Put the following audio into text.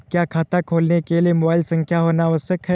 क्या खाता खोलने के लिए मोबाइल संख्या होना आवश्यक है?